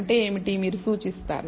అంటే ఏమిటి మీరు సూచిస్తారు